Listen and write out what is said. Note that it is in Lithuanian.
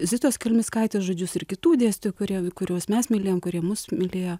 zitos kelmickaitės žodžius ir kitų dėstytojų kurie kuriuos mes mylėjom kurie mus mylėjo